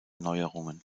neuerungen